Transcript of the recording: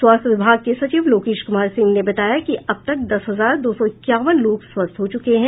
स्वास्थ्य विभाग के सचिव लोकेश कुमार सिंह ने बताया कि अब तक दस हजार दो सौ इक्यावन लोग स्वस्थ हो चुके हैं